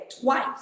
twice